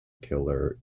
killer